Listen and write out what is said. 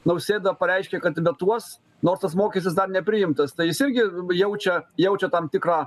nausėda pareiškė kad vetuos nors tas mokestis dar nepriimtas tai jis irgi jaučia jaučia tam tikrą